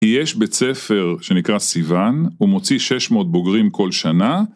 יש בית ספר שנקרא סיוון, הוא מוציא 600 בוגרים כל שנה